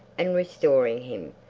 and restoring him,